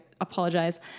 apologize